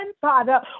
father